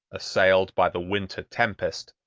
assailed by the winter tempest,